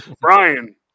Brian